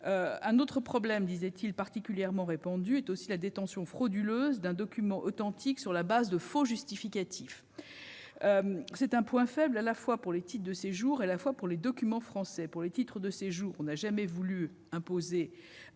Un autre problème particulièrement répandu en France est aussi la détention frauduleuse d'un document authentique sur la base de faux justificatifs. C'est un point faible à la fois pour les titres de séjour et à la fois pour les documents français. Pour les titres de séjour, on n'a jamais voulu imposer